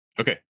Okay